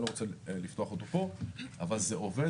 אני לא רוצה לפתוח אותו פה אבל זה עובד